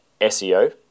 SEO